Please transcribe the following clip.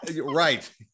Right